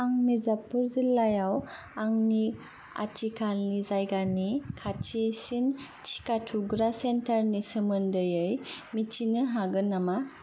आं मिर्जापुर जिल्लायाव आंनि आथिखालनि जायगानि खाथिसिन टिका थुग्रा सेन्टारनि सोमोन्दोयै मिथिनो हागोन नामा